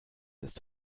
ist